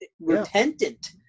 repentant